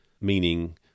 meaning